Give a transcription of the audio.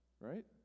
right